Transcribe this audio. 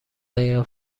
دقیقه